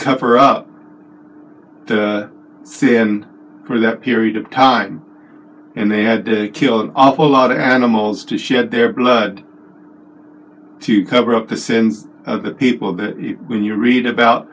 cover up the sin for that period of time and they had to kill an awful lot of animals to shed their blood to cover up the sins of the people that you when you read about